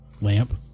Lamp